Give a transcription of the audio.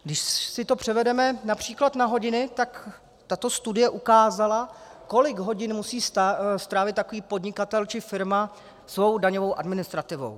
Když si to převedeme například na hodiny, tak tato studie ukázala, kolik hodin musí strávit takový podnikatel či firma svou daňovou administrativou.